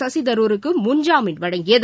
சசிதருருக்கு முன் ஜாமீன் வழங்கியது